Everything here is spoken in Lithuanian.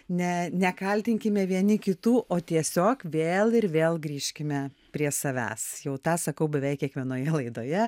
ne nekaltinkime vieni kitų o tiesiog vėl ir vėl grįžkime prie savęs jau tą sakau beveik kiekvienoje laidoje